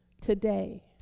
today